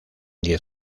diez